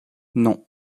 non